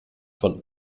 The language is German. von